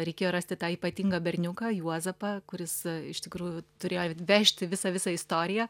reikėjo rasti tą ypatingą berniuką juozapą kuris iš tikrųjų turėjo vežti visą visą istoriją